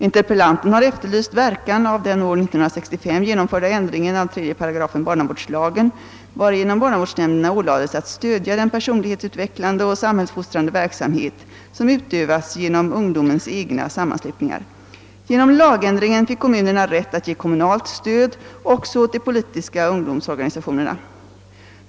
Interpellanten har efterlyst verkan av den år 1965 genomförda ändringen av 3 § barnavårdslagen, varigenom barnavårdsnämnderna ålades att stödja den personlighetsutvecklande och samhälls fostrande verksamhet som utövas genom ungdomens egna sammanslutningar. Genom lagändringen fick kommunerna rätt att ge kommunalt stöd också åt de politiska ungdomsorganisationerna.